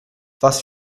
was